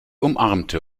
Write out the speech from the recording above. umarmte